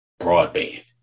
broadband